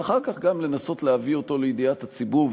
ואחר כך גם לנסות להביא אותו לידיעת הציבור.